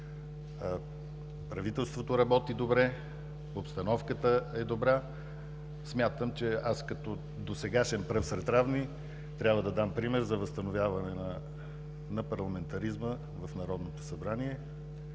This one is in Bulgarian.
правителството работи добре, обстановката е добра. Смятам, че аз като досегашен пръв сред равни трябва да дам пример за възстановяване на парламентаризма в Народното събрание.